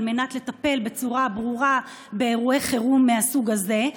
מנת לטפל בצורה ברורה באירועי חירום מהסוג הזה.